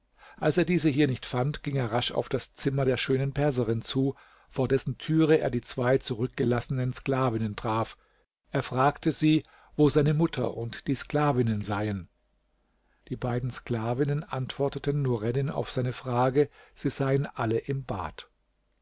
als er diese hier nicht fand ging er rasch auf das zimmer der schönen perserin zu vor dessen türe er die zwei zurückgelassenen sklavinnen traf er fragte sie wo seine mutter und die sklavinnen seien die beiden sklavinnen antworteten nureddin auf seine frage sie seien alle im bad